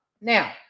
Now